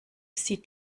sieht